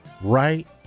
right